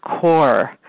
core